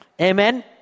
Amen